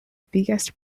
biggest